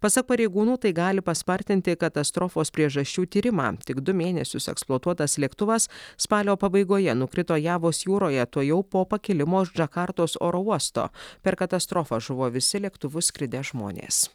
pasak pareigūnų tai gali paspartinti katastrofos priežasčių tyrimą tik du mėnesius eksploatuotas lėktuvas spalio pabaigoje nukrito javos jūroje tuojau po pakilimo iš džakartos oro uosto per katastrofą žuvo visi lėktuvu skridę žmonės